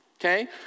Okay